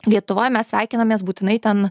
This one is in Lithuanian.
lietuvoj mes sveikinamės būtinai ten